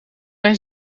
eens